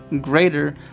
greater